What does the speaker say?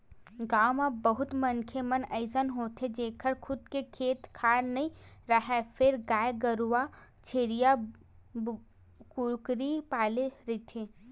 गाँव म बहुत मनखे मन अइसे होथे जेखर खुद के खेत खार नइ राहय फेर गाय गरूवा छेरीया, कुकरी पाले रहिथे